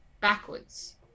backwards